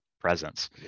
presence